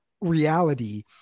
reality